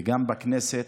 וגם בכנסת,